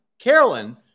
Carolyn